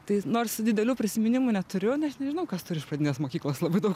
tai nors didelių prisiminimų neturiu nes nežinau kas turi iš pradinės mokyklos labai daug